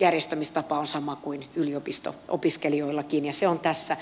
järjestämistapa on sama kuin yliopisto opiskelijoillakin ja se on tässä